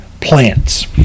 plants